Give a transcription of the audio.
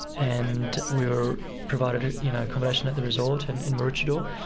and we were provided you know accommodation at the resort and in maroochydore.